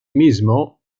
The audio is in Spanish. mismo